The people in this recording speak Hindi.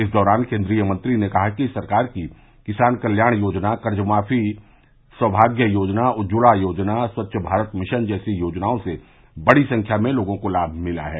इस दौरान केन्द्रीय मंत्री ने कहा कि सरकार की किसान कल्याण योजना कर्ज माफी सौभाग्य योजना उज्ज्वला योजना स्वच्छ भारत मिशन जैसी योजनाओं से बड़ी संख्या में लोगों को लाभ मिला है